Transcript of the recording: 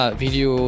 video